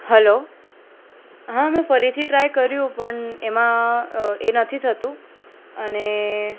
hello હા મેં ફરીથી ટ્રાય કર્યું પણ એમાં એ નથી થતું અને